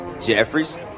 Jeffries